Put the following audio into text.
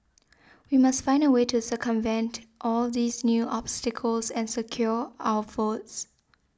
we must find a way to circumvent all these new obstacles and secure our votes